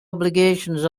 obligations